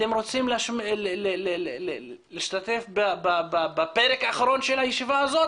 אתם רוצים להשתתף בפרק האחרון של הישיבה הזאת?